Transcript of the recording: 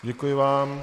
Děkuji vám.